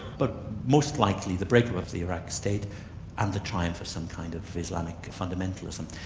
but most likely the break-up of the iraq state and the triumph of some kind of islamic fundamentalism.